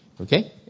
Okay